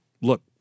look